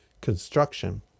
construction